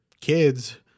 kids